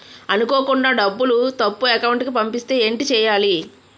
అనుకోకుండా డబ్బులు తప్పు అకౌంట్ కి పంపిస్తే ఏంటి చెయ్యాలి?